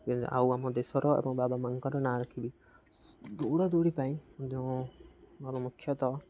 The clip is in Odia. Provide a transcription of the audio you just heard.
ଆଉ ଆମ ଦେଶର ଏବଂ ବାବା ମାଆଙ୍କର ନାଁ ରଖିବି ଦୌଡ଼ାଦୌଡ଼ି ପାଇଁ ମୁଁ ମୋର ମୁଖ୍ୟତଃ